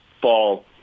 fall